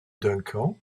duncan